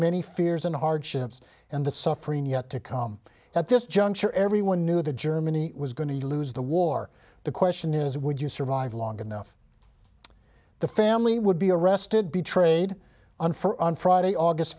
many fears and hardships and the suffering yet to come at this juncture everyone knew that germany was going to lose the war the question is would you survive long enough the family would be arrested be trade on for on friday august